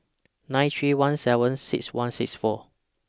nine three one seven six one six four